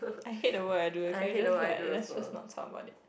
I hate the work I do can you just let's just not talk about it